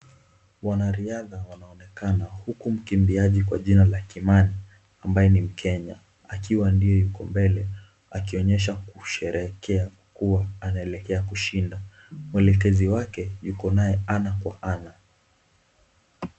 Wanariadha wanaonekana huku mkimbiaji kwa jina la Kimani ambaye ni mKenya, akiwa ndiye yuko mbele akionyesha kusherehekea kuwa anaelekea kushinda, mwelekezi wake yuko nae ana kwa ana.